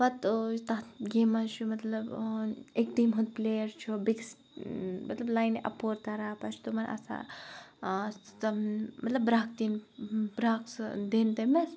پَتہٕ یُس تَتھ گیمہِ مَنٛز چھُ مَطلَب اَکہِ ٹیٖم ہُنٛد پلیر چھُ بیٚکِس مَطلَب لاینہِ اَپور تَران پَتہٕ چھُ تِمَن آسان تِم مَطلَب برکھ دِنۍ برکھ سۄ دِنۍ تمِس